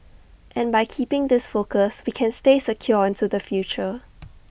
and by keeping this focus we can stay secure into the future